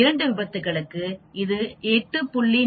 2 விபத்துகளுக்கு இது 8